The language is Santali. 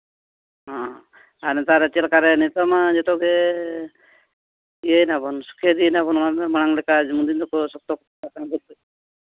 ᱦᱮᱸ ᱟᱨ ᱱᱮᱛᱟᱨ ᱪᱮᱫ ᱞᱮᱠᱟᱨᱮ ᱱᱤᱛᱚᱜ ᱢᱟ ᱡᱚᱛᱚᱜᱮ ᱤᱭᱟᱹᱭ ᱱᱟᱵᱚᱱ ᱢᱟᱲᱟᱝ ᱞᱮᱠᱟ ᱩᱱᱫᱤᱱ ᱫᱚ ᱥᱚᱠᱛᱚ ᱠᱟᱹᱡ